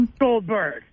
Goldberg